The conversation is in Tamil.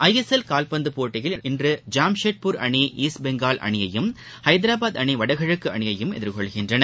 ஐ எஸ் எல் கால்பந்துப் போட்டியில் இன்று ஜாம்ஷெட்பூர் அணி ஈஸ்ட் பெங்கால் அணியையும் ஹைதராபாத் அணி வடகிழக்குஅணியையும் எதிர்கொள்கின்றன